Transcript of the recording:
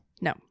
No